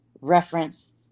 reference